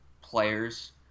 players